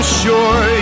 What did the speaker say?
sure